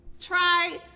Try